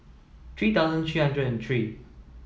three thousand three hundred and three